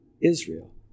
Israel